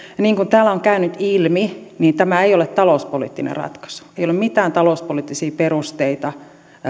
niin kuin täällä on käynyt ilmi tämä ei ole talouspoliittinen ratkaisu ei ole mitään talouspoliittisia perusteita